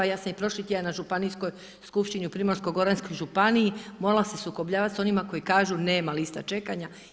Ja sam i prošli tjedan na Županijskoj skupštini u Primorsko-goranskoj županiji morala se sukobljavati s onima koji kažu nema lista čekanja.